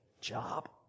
job